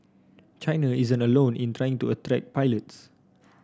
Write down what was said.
China isn't alone in trying to attract pilots